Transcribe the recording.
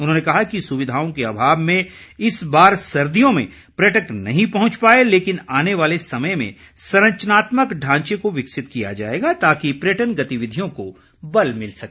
उन्होंने कहा कि सुविधाओं के अभाव में इस बार सर्दियों में पर्यटक नहीं पहुंच पाए लेकिन आने वाले समय में संरचनात्मक ढांचे को विकसित किया जाएगा ताकि पर्यटन गतिविधियों को बल मिल सके